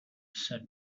said